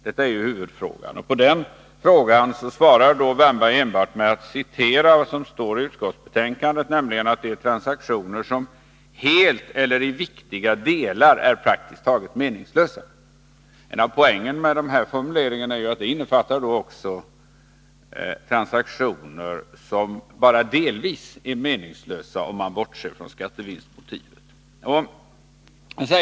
Detta är ju huvudfrågan, och på den svarar Erik Wärnberg enbart genom att citera vad som står i utskottsbetänkandet, nämligen att det är transaktioner som helt elleri viktiga delar är praktiskt taget meningslösa. Men en av poängerna med den här formuleringen är ju att den innefattar också transaktioner som bara delvis är meningslösa, om man bortser från skattevinstmotiv.